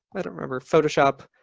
i don't remember. photoshop.